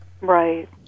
Right